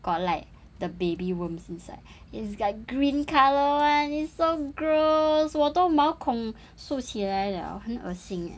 got like the baby worms inside it's like green colour [one] it's so gross 我都毛孔缩起来了很恶心